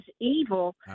evil